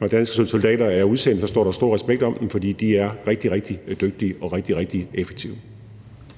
Når danske soldater er udsendt, står der stor respekt om dem, fordi de er rigtig, rigtig dygtige og rigtig, rigtig effektive.